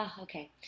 Okay